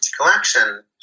collection